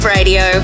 Radio